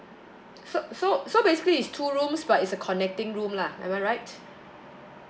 so so so basically it's two rooms but it's a connecting room lah am I right